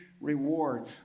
reward